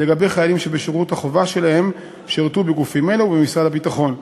לגבי חיילי שבשירות החובה שלהם שירתו בגופים אלה ובמשרד הביטחון.